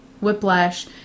Whiplash